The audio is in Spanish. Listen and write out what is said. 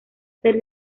ser